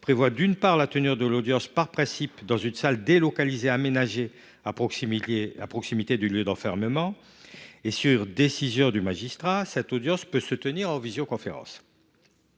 prévoit la tenue de l’audience, par principe, dans une salle délocalisée aménagée à proximité du lieu d’enfermement. De plus, sur décision du magistrat, cette audience peut se tenir en visioconférence.